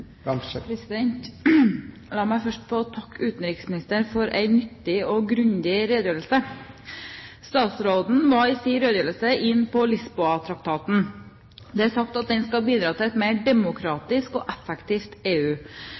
La meg først få takke utenriksministeren for en nyttig og grundig redegjørelse. Statsråden var i sin redegjørelse inne på Lisboa-traktaten. Det er sagt at den skal bidra til et mer demokratisk og effektivt EU.